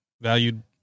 valued